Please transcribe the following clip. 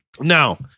Now